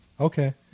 Okay